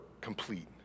complete